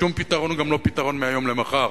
שום פתרון, גם לא פתרון מהיום למחר.